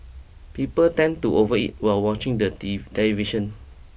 people tend to overeat while watching the television